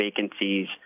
vacancies